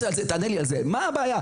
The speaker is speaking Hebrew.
תענה לי על זה, מה הבעיה?